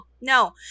no